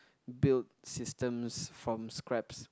build systems from scraps